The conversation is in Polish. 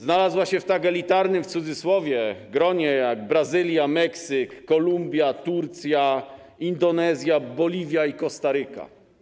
Znalazła się w tak elitarnym w cudzysłowie gronie, jak Brazylia, Meksyk, Kolumbia, Turcja, Indonezja, Boliwia i Kostaryka.